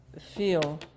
feel